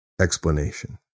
explanation